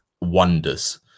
wonders